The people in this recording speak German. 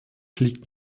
liegt